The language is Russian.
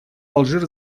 алжир